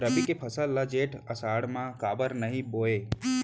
रबि के फसल ल जेठ आषाढ़ म काबर नही बोए?